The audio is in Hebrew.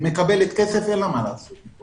היא מקבלת כסף שאין לה מה לעשות אתו.